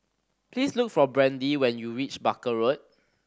please look for Brandy when you reach Barker Road